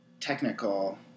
technical